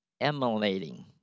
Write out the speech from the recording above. emulating